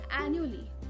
annually